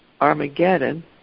Armageddon